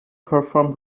perform